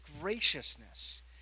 graciousness